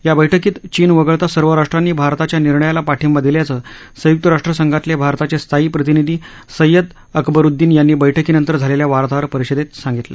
या बैठकीत चीन वगळता सर्व राष्ट्रांनी भारताच्या निर्णयाला पाठिंबा दिल्याचं संय्क्त राष्ट्रसंघातले भारताचे स्थायी प्रतिनिधी सय्यद अकबरुद्दीन यांनी बैठकीनंतर झालेल्या वार्ताहर परिषदेत सांगितलं